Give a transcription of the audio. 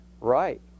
right